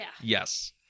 Yes